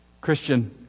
Christian